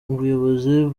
ubuyobozi